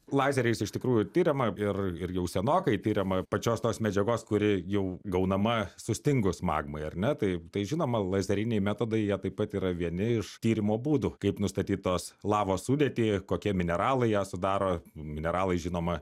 lazeriais iš tikrųjų tiriama ir ir jau senokai tiriama pačios tos medžiagos kuri jau gaunama sustingus magmai ar ne tai tai žinoma lazeriniai metodai jie taip pat yra vieni iš tyrimo būdų kaip nustatyt tos lavos sudėtį kokie mineralai ją sudaro mineralai žinoma